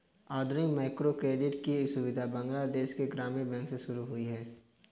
आधुनिक माइक्रोक्रेडिट की सुविधा बांग्लादेश के ग्रामीण बैंक से शुरू हुई है